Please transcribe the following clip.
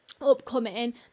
upcoming